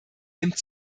nimmt